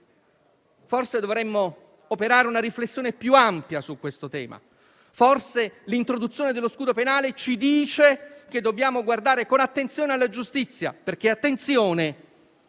Forse dovremmo operare una riflessione più ampia su questo tema; forse l'introduzione dello scudo penale ci dice che dobbiamo guardare con attenzione alla giustizia, perché attenzione